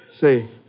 Say